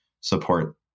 support